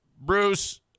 Bruce